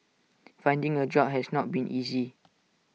finding A job has not been easy